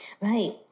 Right